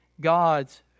God's